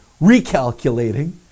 recalculating